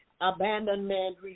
abandonment